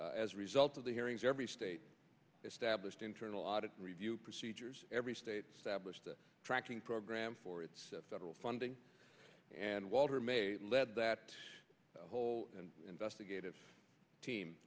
fund as a result of the hearings every state established internal audit review procedures every state stablished the tracking program for its federal funding and walter may lead that whole and investigative team